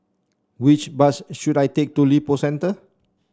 which bus should I take to Lippo Centre